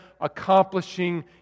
accomplishing